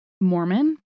Mormon